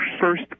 first